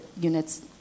units